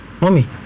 Mommy